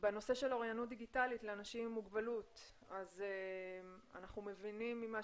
בנושא של אוריינות דיגיטלית לאנשים עם מוגבלות אנחנו מבינים ממה